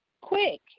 quick